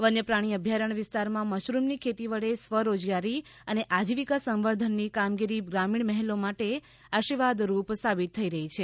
વન્ય પ્રાણી અભ્યારણ વિસ્તારમાં મશરૂમની ખેતી વડે સ્વરોજગારી અને આજીવિકા સંવર્ધનની કામગીરી ગ્રામીણ બહેનો માટે આશીર્વાદરૂપ સાબિત થઈ રહી છે